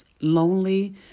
lonely